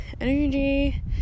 energy